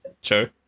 Sure